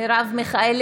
אינה נוכחת